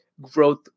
growth